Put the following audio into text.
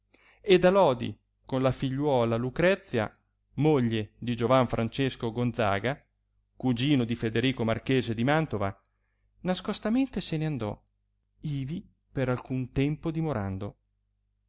ed a lodi con la figliuola lucrezia moglie di giovan francesco gonzaga cugino di federico marchese di mantova nascosamente se n andò ivi per alcun tempo dimorando